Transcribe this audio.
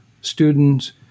students